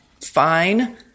fine